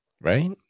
Right